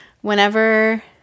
whenever